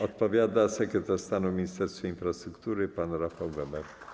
Odpowiada sekretarz stanu w Ministerstwie Infrastruktury pan Rafał Weber.